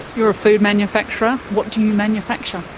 you're a food manufacturer, what do you manufacture?